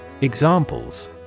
Examples